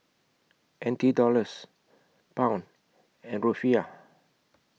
N T Dollars Pound and Rufiyaa